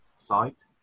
site